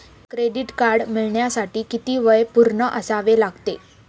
Credit card मिळवण्यासाठी किती वय पूर्ण असावे लागते?